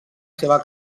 seva